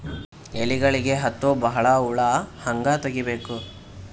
ಎಲೆಗಳಿಗೆ ಹತ್ತೋ ಬಹಳ ಹುಳ ಹಂಗ ತೆಗೀಬೆಕು?